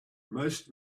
most